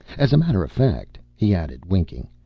as a matter of fact, he added, winking,